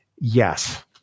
Yes